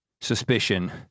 suspicion